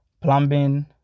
plumbing